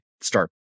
start